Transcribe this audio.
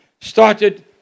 started